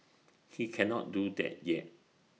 he cannot do that yet